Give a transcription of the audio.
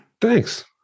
Thanks